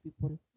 people